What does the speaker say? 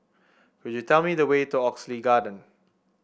could you tell me the way to Oxley Garden